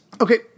okay